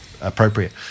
appropriate